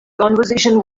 conversation